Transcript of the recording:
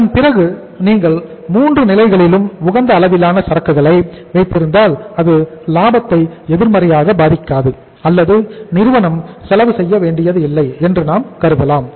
அதன்பிறகு நீங்கள் அந்த 3 நிலைகளிலும் உகந்த அளவிலான சரக்குகளை வைத்திருந்தால் அது லாபத்தை எதிர்மறையாக பாதிக்காது அல்லது நிறுவனம் செலவு செய்ய வேண்டியதில்லை என்று நாம் கருதலாம்